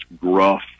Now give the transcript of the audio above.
gruff